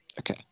Okay